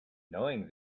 knowing